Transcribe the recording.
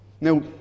Now